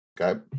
Okay